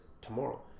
tomorrow